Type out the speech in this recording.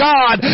God